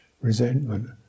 resentment